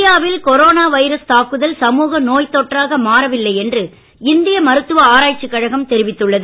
இந்தியாவில் corona virus தாக்குதல் சமூக நோய்த் தொற்றாக மாறவில்லை என்று இந்திய மருத்துவ ஆராய்ச்சிக் கழகம் தெரிவித்துள்ளது